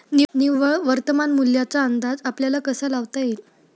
निव्वळ वर्तमान मूल्याचा अंदाज आपल्याला कसा लावता येईल?